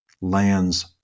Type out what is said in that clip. lands